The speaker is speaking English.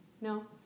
No